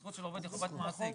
זכות של עובד היא חובת מעסיק.